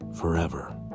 forever